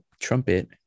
trumpet